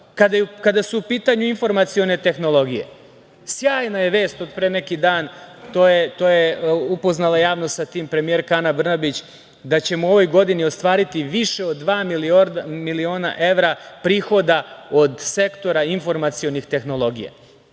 kada su u pitanju informacione tehnologije. Sjajna je vest od pre neki dan, upoznala je javnost sa tim premijerka Ana Brnabić, da ćemo u ovoj godini ostvariti više od dva miliona evra prihoda od sektora informacionih tehnologija